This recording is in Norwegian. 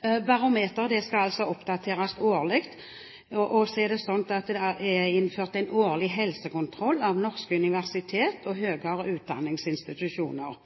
er altså innført en årlig helsekontroll av norske universiteter og høyere utdanningsinstitusjoner.